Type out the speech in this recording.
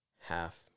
half